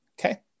Okay